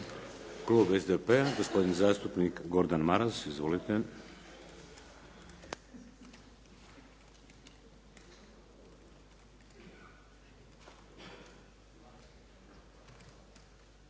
Klub SDP-a, gospodin zastupnik Gordan Maras. Izvolite.